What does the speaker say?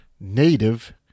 native